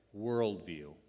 worldview